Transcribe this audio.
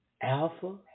Alpha